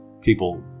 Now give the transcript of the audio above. people